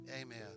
amen